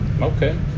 Okay